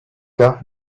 cas